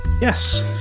Yes